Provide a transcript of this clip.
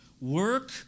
work